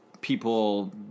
people